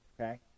Okay